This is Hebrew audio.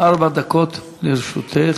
ארבע דקות לרשותך.